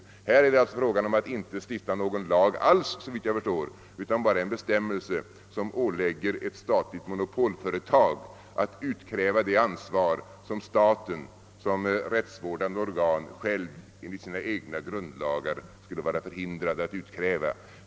I föreliggande ärende är det alltså inte fråga om att stifta någon lag alls, såvitt jag förstår, utan bara att genomföra en bestämmelse som ålägger ett statligt monopolföretag att utkräva det ansvar som staten såsom rättsvårdande organ själv enligt sina egna grundlagar skulle vara förhindrad att utkräva.